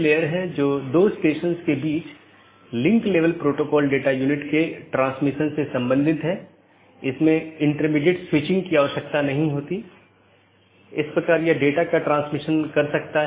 मुख्य रूप से दो BGP साथियों के बीच एक TCP सत्र स्थापित होने के बाद प्रत्येक राउटर पड़ोसी को एक open मेसेज भेजता है जोकि BGP कनेक्शन खोलता है और पुष्टि करता है जैसा कि हमने पहले उल्लेख किया था कि यह कनेक्शन स्थापित करता है